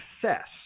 success